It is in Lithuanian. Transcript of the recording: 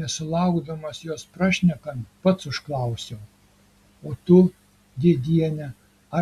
nesulaukdamas jos prašnekant pats užklausiau o tu dėdiene